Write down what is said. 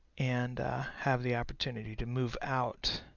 and have the opportunity to move out